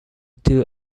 two